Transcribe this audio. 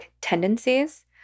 tendencies